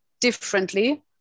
differently